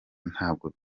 ntabwo